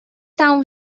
تمام